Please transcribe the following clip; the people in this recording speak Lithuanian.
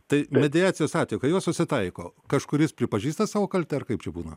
tai mediacijos atveju kai jos susitaiko kažkuris pripažįsta savo kaltę ar kaip čia būna